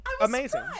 amazing